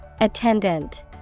Attendant